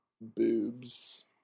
boobs